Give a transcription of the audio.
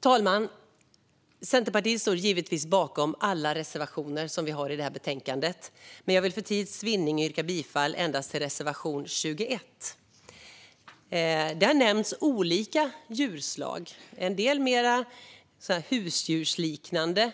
talman! Centerpartiet står givetvis bakom alla reservationer vi har i detta betänkande, men jag vill för tids vinnande yrka bifall endast till reservation 21. Där nämns olika djurslag, varav en del mer husdjursliknande.